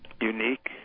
unique